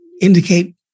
indicate